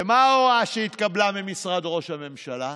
ומה ההוראה שהתקבלה ממשרד ראש הממשלה?